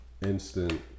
instant